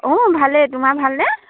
অঁ ভালে তোমাৰ ভালনে